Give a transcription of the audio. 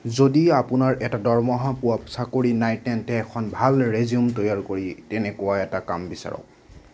যদি আপোনাৰ এটা দৰমহা পোৱা চাকৰি নাই তেন্তে এখন ভাল ৰেজ্যুম তৈয়াৰ কৰি তেনেকুৱা এটা কাম বিচাৰক